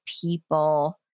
people